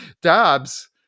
Dobbs